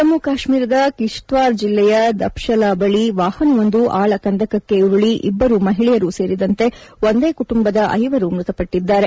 ಜಮ್ನು ಕಾಶ್ನೀರದ ಕಿಶ್ವಾರ್ ಜಿಲ್ಲೆಯ ದಬೆಶಲಾ ಬಳಿ ವಾಹನವೊಂದು ಆಳ ಕಂದಕಕ್ಕೆ ಉರುಳಿ ಇಬ್ಬರು ಮಹಿಳೆಯರು ಸೇರಿದಂತೆ ಒಂದೇ ಕುಟುಂಬದ ಐವರು ಮೃತಪಟ್ಟದ್ದಾರೆ